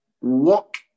walk